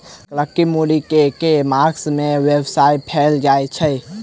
कत्की मूली केँ के मास मे बोवाई कैल जाएँ छैय?